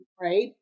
right